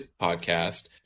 podcast